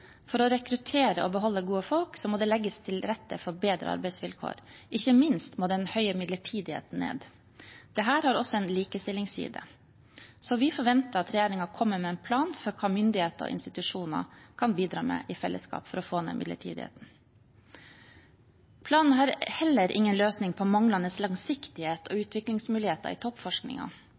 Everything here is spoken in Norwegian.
For å rekruttere og beholde gode folk må det legges til rette for bedre arbeidsvilkår. Ikke minst må den høye midlertidigheten ned. Dette har også en likestillingsside. Så vi forventer at regjeringen kommer med en plan for hva myndigheter og institusjoner i fellesskap kan bidra med for å få ned midlertidigheten. Planen har heller ingen løsning på manglende langsiktighet og utviklingsmuligheter i